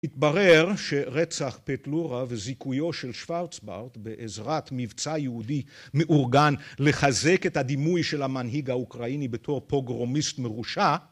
התברר שרצח פטלורה וזיכויו של שוורצברט בעזרת מבצע יהודי מאורגן לחזק את הדימוי של המנהיג האוקראיני בתור פוגרומיסט מרושע